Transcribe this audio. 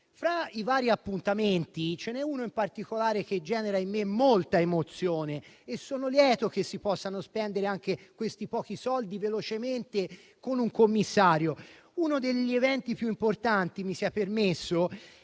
Fra i vari appuntamenti ce n'è uno in particolare che genera in me molta emozione e sono lieto che si possano spendere anche i pochi soldi velocemente con un commissario. Uno degli eventi più importanti - mi sia permesso